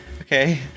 okay